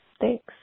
Thanks